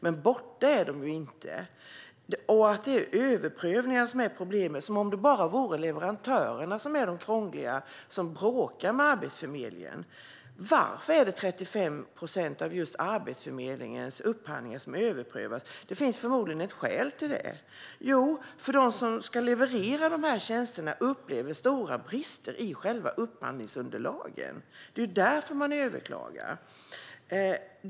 Men borta är de inte. Det är överprövningarna som är problemet, menar ministern - som om det bara vore leverantörerna som är de krångliga och att det är de som bråkar med Arbetsförmedlingen! Varför är det 35 procent av just Arbetsförmedlingens upphandlingar som överprövas? Det finns förmodligen ett skäl till det. De som ska leverera tjänsterna upplever stora brister i själva upphandlingsunderlagen. Det är därför man överklagar.